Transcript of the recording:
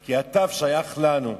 כי האות תי"ו שייכת לנו.